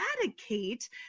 eradicate